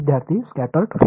विद्यार्थीः scatter field